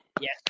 Yes